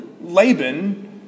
Laban